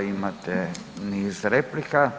Imate niz replika.